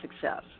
success